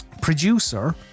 producer